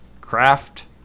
Craft